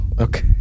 Okay